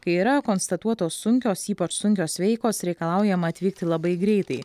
kai yra konstatuotos sunkios ypač sunkios veikos reikalaujama atvykti labai greitai